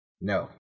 no